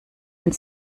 wenn